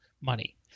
money